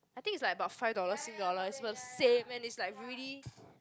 I think it's like about five dollars sing dollars it's the same and it's like really